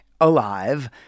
alive